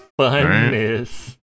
funness